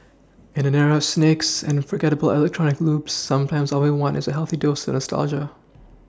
in an era snakes and forgettable electronic loops sometimes all we want is a healthy dose of nostalgia